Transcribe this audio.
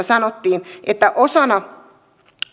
sanottiin että osana